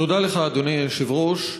תודה לך, אדוני היושב-ראש,